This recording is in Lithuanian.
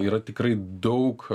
yra tikrai daug